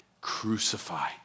Crucify